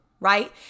right